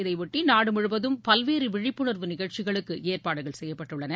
இதனைபொட்டி நாடு முழுவதும் பல்வேறு விழிப்புணர்வு நிகழ்ச்சிகளுக்கு ஏற்பாடுகள் செய்யப்பட்டுள்ளன